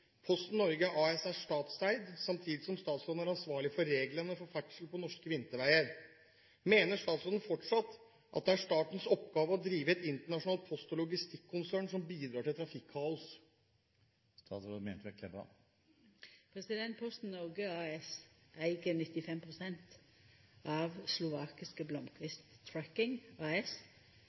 Posten Norge AS er statseid, samtidig som statsråden er ansvarlig for reglene for ferdsel på norske vinterveier. Mener statsråden fortsatt at det er statens oppgave å drive et internasjonalt post- og logistikkonsern som bidrar til trafikkaos?» Posten Norge AS eig 95 pst. av slovakiske Blomquist Trucking AS,